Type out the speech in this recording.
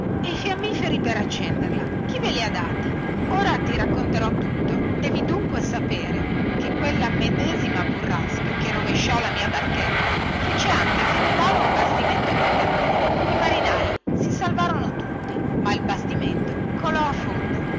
e i fiammiferi per accenderla chi ve li ha dati ora ti racconterò tutto devi dunque sapere che quella medesima burrasca che rovesciò la mia barchetta fece anche affondare un bastimento mercantile i marinai si salvarono tutti ma il bastimento colò a fondo